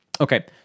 Okay